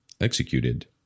executed